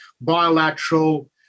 bilateral